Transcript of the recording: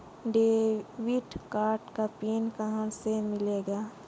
Debit card का PIN कहां से मिलेगा?